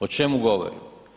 O čemu govorim?